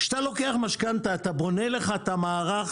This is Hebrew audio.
כשאתה לוקח משכנתה אתה בונה לך את המערך